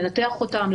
לנתח אותם,